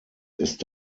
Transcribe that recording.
ist